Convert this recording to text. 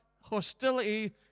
hostility